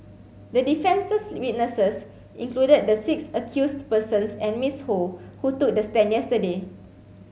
the defence's witnesses included the six accused persons and Miss Ho who took the stand yesterday